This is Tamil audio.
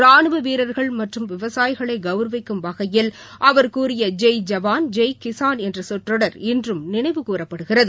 ராணுவ வீரர்கள் மற்றும் விவசாயிகளை கவுரவிக்கும் வகையில் அவர் கூறிய ஜெய் ஜவான் ஜெய் கிஸான் என்ற சொற்றொடர் இன்றும் நினைவு கூறப்படுகிறது